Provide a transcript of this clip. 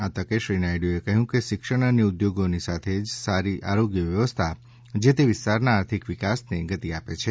આ તકે શ્રી નાયડુએ કહ્યું કે શિક્ષણ અને ઉદ્યોગોની સાથે જ સારી આરોગ્ય વ્યવસ્થા જે તે વિસ્તારના આર્થિક વિકાસને ગતિ આપે છે